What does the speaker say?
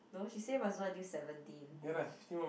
no she say must do until seventeen